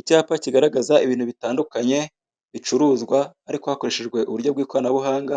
Icyapa kigaragaza ibintu bitandukanye bicuruzwa ariko hakoreshejwe uburyo bw'ikoranabuhanga,